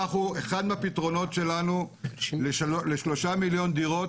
אחד מהפתרונות שלנו לשלושה מיליון דירות